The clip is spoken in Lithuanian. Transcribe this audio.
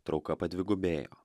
trauka padvigubėjo